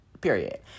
Period